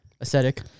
Aesthetic